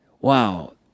wow